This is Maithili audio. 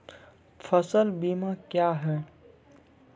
फसल बीमा क्या हैं?